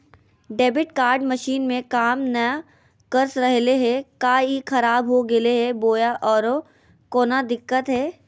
Debit card machine में काम नाय कर रहले है, का ई खराब हो गेलै है बोया औरों कोनो दिक्कत है?